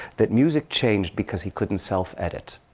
that music changed because he couldn't self-edit.